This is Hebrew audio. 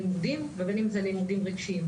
לימודיים או לימודים רגשיים.